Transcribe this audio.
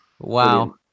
Wow